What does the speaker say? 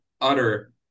utter